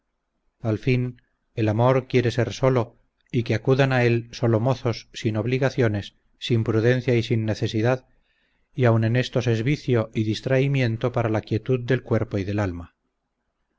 al fin el amor quiere ser solo y que acudan a él solo mozos sin obligaciones sin prudencia y sin necesidad y aun en estos es vicio y distraimiento para la quietud del cuerpo y del alma